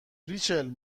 ریچل